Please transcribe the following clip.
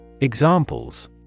Examples